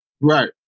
Right